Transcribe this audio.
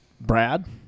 Brad